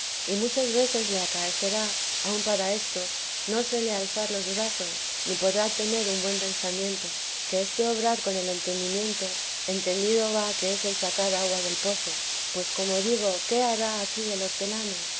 y muchas veces le acaecerá aun para esto no se le alzar los brazos ni podrá tener un buen pensamiento que este obrar con el entendimiento entendido va que es el sacar agua del pozo pues como digo qué hará aquí el hortelano